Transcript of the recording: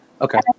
Okay